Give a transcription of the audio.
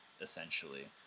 essentially